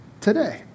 today